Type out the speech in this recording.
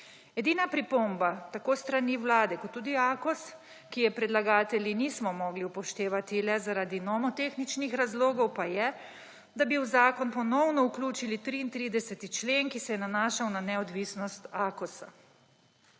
Edina pripomba tako s strani Vlade kot tudi AKOS, ki je predlagatelji nismo mogli upoštevati le zaradi nomotehničnih razlogov, je, da bi v zakon ponovno vključili 33. člen, ki se je nanašal na neodvisnost AKOS.